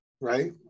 right